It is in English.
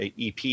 EP